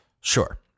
Sure